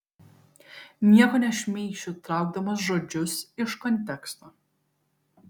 nieko nešmeišiu traukdamas žodžius iš konteksto